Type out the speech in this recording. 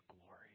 glory